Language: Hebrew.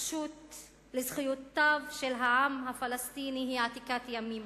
וההתכחשות לזכויותיו של העם הפלסטיני היא עתיקת ימים,